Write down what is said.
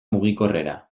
mugikorrera